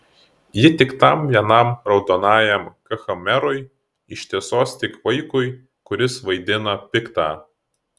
ji tik tam vienam raudonajam khmerui iš tiesos tik vaikui kuris vaidina piktą